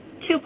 two